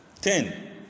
ten